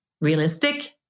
realistic